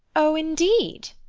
oh, indeed!